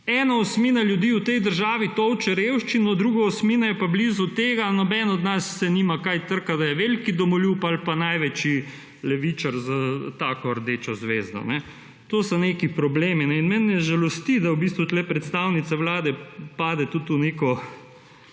ena osmina ljudi v tej državi tolče revščino, druga osmina je pa blizu tega, nobeden od nas se nima kaj trkati, da je veliki domoljub ali pa največji levičar s tako rdečo zvezdo. To so neki problemi in mene žalosti, da v bistvu tukaj predstavnica Vlade pade tudi v neko